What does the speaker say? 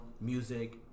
music